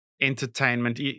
entertainment